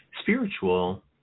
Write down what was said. Spiritual